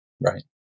Right